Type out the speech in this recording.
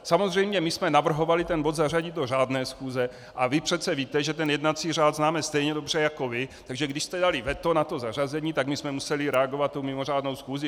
Samozřejmě jsme navrhovali bod zařadit do řádné schůze, a vy přece víte, že jednací řád známe stejně dobře jako vy, takže když jste dali veto na zařazení, tak jsme museli reagovat mimořádnou schůzí.